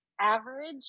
Average